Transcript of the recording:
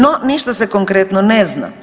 No, ništa se konkretno ne zna.